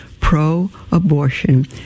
pro-abortion